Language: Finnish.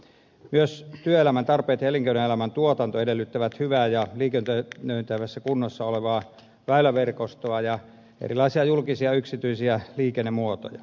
myös työelämän tarpeet ja elinkeinoelämän tuotanto edellyttävät hyvää ja liikennöitävässä kunnossa olevaa väyläverkostoa ja erilaisia julkisia ja yksityisiä liikennemuotoja